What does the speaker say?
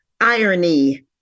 irony